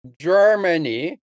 Germany